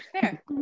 fair